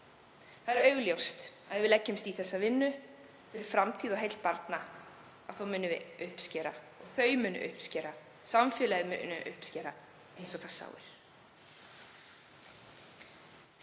Það er augljóst að ef við leggjumst í þessa vinnu fyrir framtíð og heill barna munum við uppskera, þau munu uppskera og samfélagið mun uppskera eins og það sáir.